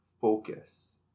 focus